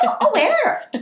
aware